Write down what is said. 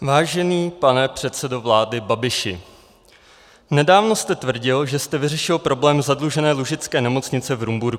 Vážený pane předsedo vlády Babiši, nedávno jste tvrdil, že jste vyřešil problém zadlužené Lužické nemocnice v Rumburku.